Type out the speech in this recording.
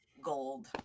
Gold